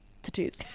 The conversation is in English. Tattoos